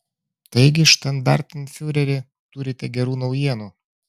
taigi štandartenfiureri turite gerų naujienų